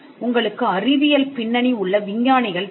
உங்களுக்கு அறிவியல் பின்னணி உள்ள விஞ்ஞானிகள் தேவை